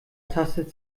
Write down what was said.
tastet